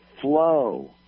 flow